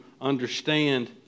understand